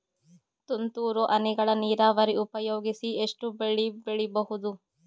ತುಂತುರು ಹನಿಗಳ ನೀರಾವರಿ ಉಪಯೋಗಿಸಿ ಎಷ್ಟು ಬೆಳಿ ಬೆಳಿಬಹುದು?